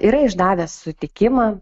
yra išdavęs sutikimą